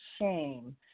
shame